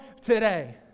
today